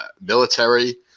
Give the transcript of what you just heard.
military